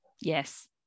Yes